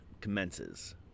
commences